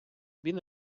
він